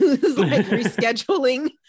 rescheduling